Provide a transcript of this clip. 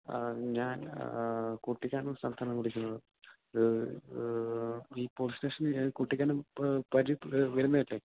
ആ ഞാൻ കൂട്ടിക്കാനം എന്ന സ്ഥലത്തെന്നാണ് വിളിക്കുന്നത് ഈ പോലീസ് സ്റ്റേഷൻ ഏത് കുട്ടിക്കാനം പരിധി വരുന്നതല്ലേ